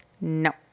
no